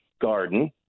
garden